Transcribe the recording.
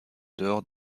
dehors